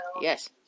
Yes